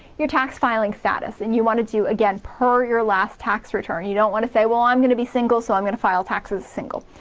your tax filing status, and you want to do again per your last tax return. you don't wanna say, well i'm gonna be single, so i'm gonna file taxes as single.